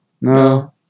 no